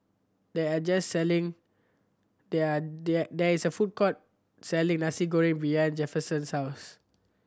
there're just selling there there there is a food court selling Nasi Goreng behind Jefferson's house